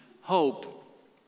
hope